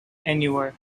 anywhere